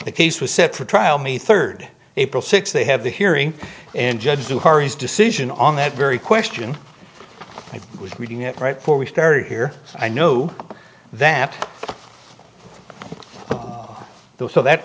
the case was set for trial may third april sixth they have the hearing and judge to hardy's decision on that very question i was reading it right for we started here i know that the so that